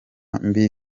mbi